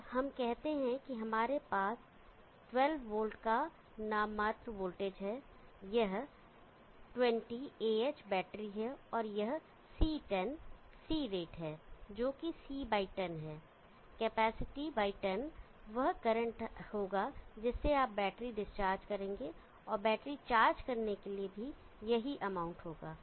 अब हम कहते हैं हमारे पास 12 वोल्ट का नाम मात्र वोल्टेज है यह 20 Ah बैटरी है और यह C10 C रेट है जो कि C10 है कैपेसिटी 10 वह करंट होगा जिससे आप बैटरी डिस्चार्ज करेंगे और बैटरी चार्ज करने के लिए भी यही अमाउंट होगा